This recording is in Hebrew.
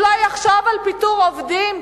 הוא לא יחשוב על פיטורי עובדים,